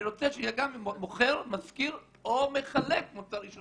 אני שיהיה גם "מוכר, משכיר או מחלק מוצר עישון".